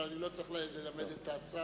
אבל אני לא צריך ללמד את השר